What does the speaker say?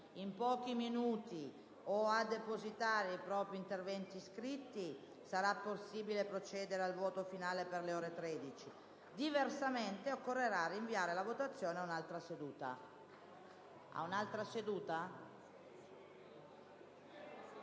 a pochi minuti o a depositare i propri interventi scritti sarà possibile procedere al voto finale per le ore 13, diversamente occorrerà rinviare la votazione ad un'altra seduta.